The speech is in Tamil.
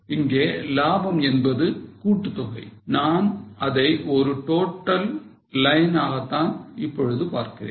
இங்கே லாபம் என்பது கூட்டுத்தொகை நான் அதை ஒரு total line ஆக தான் இப்பொழுது பார்க்கிறேன்